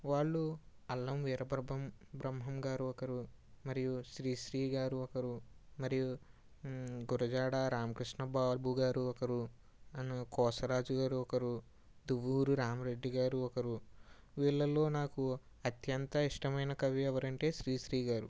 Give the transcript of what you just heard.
వాళ్ళు అల్లం వీరబ్రహ్మం బ్రహ్మం గారు ఒకరు మరియు శ్రీ శ్రీ గారు ఒకరు మరియు గురజాడ రామకృష్ణ బాబు గారు ఒకరు అను కోసరాజు గారు ఒకరు దువ్వూరి రామిరెడ్డి గారు ఒకరు వీళ్ళలో నాకు అత్యంత ఇష్టమైన కవి ఎవరు అంటే శ్రీశ్రీగారు